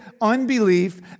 unbelief